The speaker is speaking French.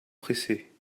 pressés